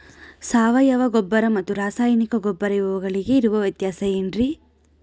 ಸಾವಯವ ಗೊಬ್ಬರ ಮತ್ತು ರಾಸಾಯನಿಕ ಗೊಬ್ಬರ ಇವುಗಳಿಗೆ ಇರುವ ವ್ಯತ್ಯಾಸ ಏನ್ರಿ?